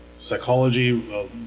psychology